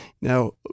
Now